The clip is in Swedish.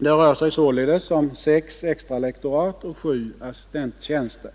Det rör sig således om sex extra lektorat och sju assistenttjänster.